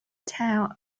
tell